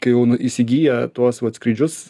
kai įsigyja tuos vat skrydžius